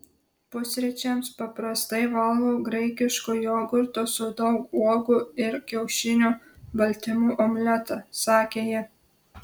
pusryčiams paprastai valgau graikiško jogurto su daug uogų ir kiaušinių baltymų omletą sakė ji